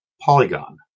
Polygon